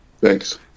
Thanks